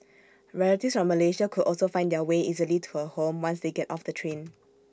relatives from Malaysia could also find their way easily to her home once they got off the train